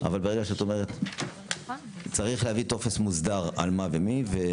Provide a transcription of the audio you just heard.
אבל ברגע שאת אומרת שצריך להביא טופס מוסדר על מה ומי.